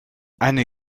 eine